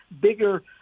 bigger